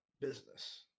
business